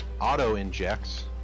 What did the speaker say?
auto-injects